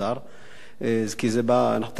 כי זה בא, אתה